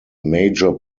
major